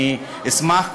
אני אשמח,